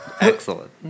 Excellent